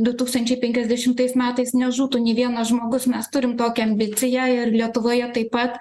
du tūkstančiai penkiasdešimtais metais nežūtų nė vienas žmogus mes turim tokią ambiciją ir lietuvoje taip pat